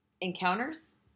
Encounters